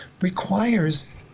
requires